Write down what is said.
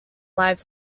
live